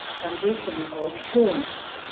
conditions or influence.